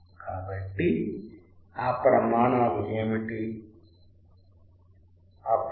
కాబట్టి ఆ ప్రమాణాలు ఏమిటి